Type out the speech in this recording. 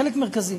חלק מרכזי.